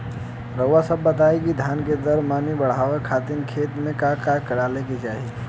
रउआ सभ बताई कि धान के दर मनी बड़ावे खातिर खेत में का का डाले के चाही?